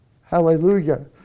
Hallelujah